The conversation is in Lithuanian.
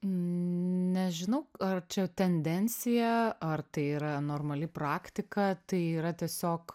nežinau ar čia tendencija ar tai yra normali praktika tai yra tiesiog